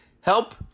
help